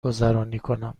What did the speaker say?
کنم